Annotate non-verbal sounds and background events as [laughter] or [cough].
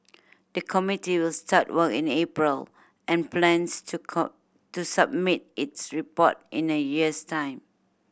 the committee will start work in April and plans to [unintelligible] to submit its report in a year's time